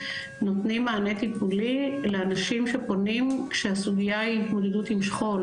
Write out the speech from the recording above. נותנים מענה טיפולי לאנשים שפונים כשהסוגיה היא התמודדות עם שכול.